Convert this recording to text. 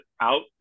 out